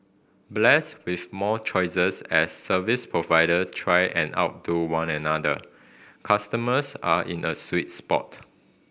blessed with more choices as service provider try and outdo one another customers are in a sweet spot